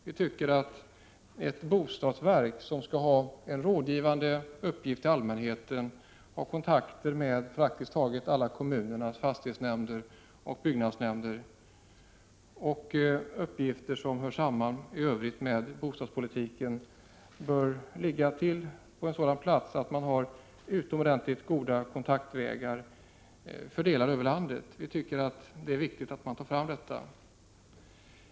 Vi tycker att ett bostadsverk, som skall ge allmänheten råd, har kontakter med praktiskt taget alla kommuners fastighetsnämnder och byggnadsnämnder och har uppgifter som i övrigt hör samman med bostadspolitiken, bör ligga på en sådan plats att det har utomordentligt goda kontaktvägar fördelade över landet. Det är viktigt att ta fram detta.